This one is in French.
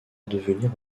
devenir